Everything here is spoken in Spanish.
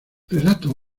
relato